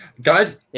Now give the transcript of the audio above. Guys